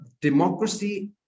democracy